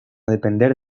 depender